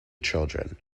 children